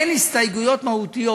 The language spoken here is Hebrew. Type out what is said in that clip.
אין הסתייגויות מהותיות.